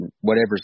whatever's